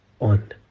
on